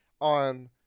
On